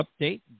update